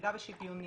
אחידה ושוויונית.